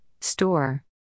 Store